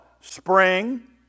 spring